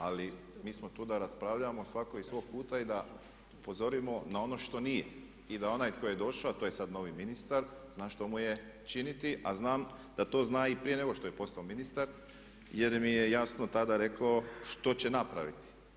Ali mi smo tu da raspravljamo svatko iz svog kuta i da upozorimo na ono što nije i da onaj tko je došao, a to je sad novi ministar, zna što mu je činiti a znam da to zna i prije nego što je postao ministar jer mi je jasno tada rekao što će napraviti.